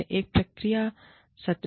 एक प्रतिक्रिया सत्र है